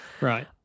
Right